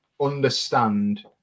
understand